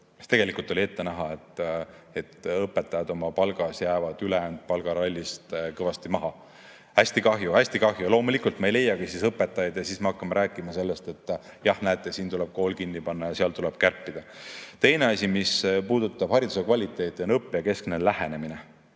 tegelikult ette näha, et õpetajad oma palgaga jäävad ülejäänud palgarallist kõvasti maha. Hästi kahju, hästi kahju. Loomulikult, siis me ei leiagi õpetajaid ja siis me hakkame rääkima sellest, et jah, näete, siin tuleb kool kinni panna ja seal tuleb kärpida. Teine asi, mis puudutab hariduse kvaliteeti, on õppijakeskne lähenemine.